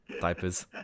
diapers